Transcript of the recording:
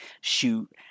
shoot